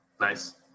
nice